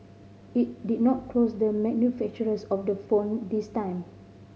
it did not close the manufacturers of the phone this time